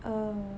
oh